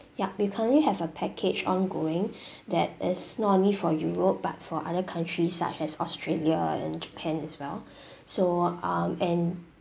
ya we currently have a package ongoing that is not only for europe but for other countries such as australia and japan as well so um and